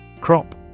Crop